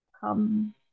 come